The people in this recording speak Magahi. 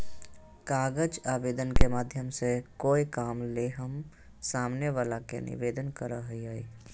कागज आवेदन के माध्यम से कोय काम ले हम सामने वला से निवेदन करय हियय